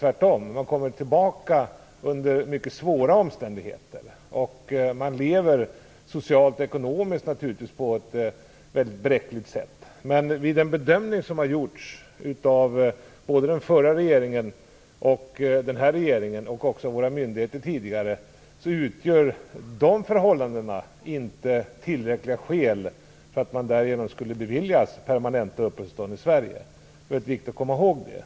Tvärtom kommer de tillbaka under mycket svåra omständigheter, och de lever naturligtvis på ett mycket bräckligt sätt socialt och ekonomiskt. Den bedömning som gjordes av både den förra och den här regeringen, och tidigare av några myndigheter, var att de förhållandena inte utgjorde tillräckliga skäl för att de skulle beviljas permanenta uppehållstillstånd i Sverige. Det är viktigt att komma ihåg det.